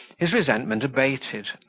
his resentment abated,